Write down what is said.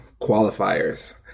qualifiers